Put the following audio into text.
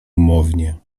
umownie